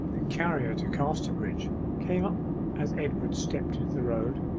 the carrier to casterbridge came up as edward stepped into the road,